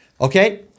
Okay